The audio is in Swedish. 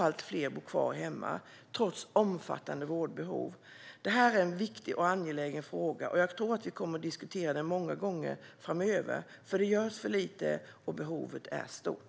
Allt fler bor kvar hemma, trots omfattande vårdbehov. Detta är en viktig och angelägen fråga, och jag tror att vi kommer att diskutera den många gånger framöver. Det görs för lite, och behovet är stort.